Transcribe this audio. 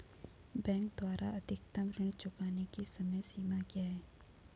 Bank द्वारा अधिकतम ऋण चुकाने की समय सीमा क्या है?